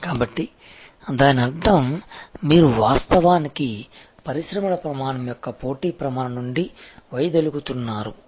కాబట్టి దాని అర్థం మీరు వాస్తవానికి పరిశ్రమ ప్రమాణం యొక్క పోటీ ప్రమాణం నుండి వైదొలగుతున్నారు